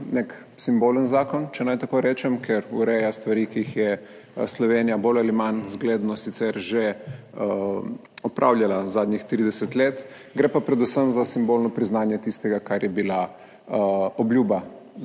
nek simbolen zakon, če naj tako rečem, ker ureja stvari, ki jih je Slovenija bolj ali manj zgledno sicer že opravljala zadnjih 30 let. Gre predvsem za simbolno priznanje tistega, kar je bila obljuba te